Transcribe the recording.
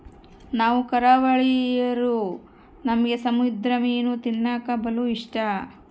ನಾವು ಕರಾವಳಿರೂ ನಮ್ಗೆ ಸಮುದ್ರ ಮೀನು ತಿನ್ನಕ ಬಲು ಇಷ್ಟ